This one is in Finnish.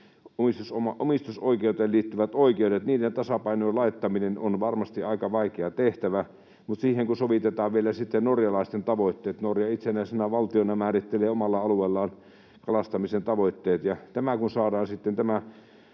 omistusoikeuteen liittyvien oikeuksien tasapainoon laittaminen on varmasti aika vaikea tehtävä, mutta siihen sovitetaan vielä sitten norjalaisten tavoitteet. Norja itsenäisenä valtiona määrittelee omalla alueellaan kalastamisen tavoitteet. Tämä kolmiyhteys kun saadaan sitten